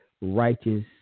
righteous